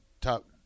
top